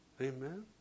Amen